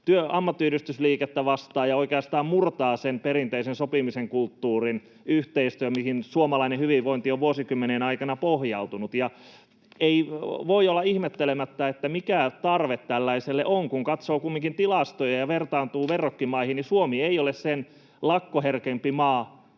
ammattiyhdistysliikettä vastaan ja oikeastaan murtaa sen perinteisen sopimisen kulttuurin, yhteistyön, mihin suomalainen hyvinvointi on vuosikymmenien aikana pohjautunut. Ei voi olla ihmettelemättä, mikä tarve tällaiselle on. Kun katsoo kumminkin tilastoja ja vertaa verrokkimaihin, niin Suomi ei ole sen lakkoherkempi maa